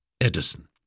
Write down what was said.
Edison